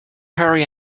hurry